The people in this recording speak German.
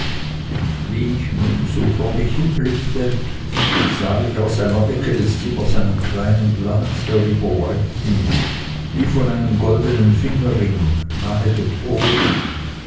wie ich nun so vor mich hinblickte sah ich aus einer ecke des zimmers einen kleinen glanz herüberleuchten wie von einem goldenen fingerring nahe dem boden